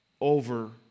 over